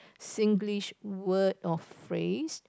Singlish word or phrase